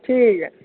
ठीक ऐ